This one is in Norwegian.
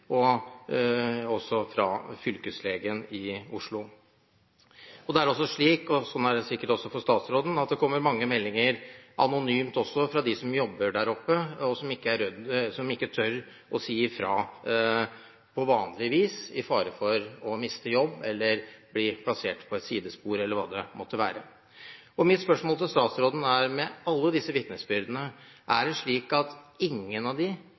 og også fra fylkeslegen i Oslo. Det er også slik – og sånn er det sikkert også for statsråden – at det kommer mange meldinger anonymt fra dem som jobber der oppe, og som ikke tør å si ifra på vanlig vis, av frykt for å miste jobben, bli plassert på et sidespor eller hva det måtte være. Mitt spørsmål til statsråden er: Med alle disse vitnesbyrdene, er det slik at ingen av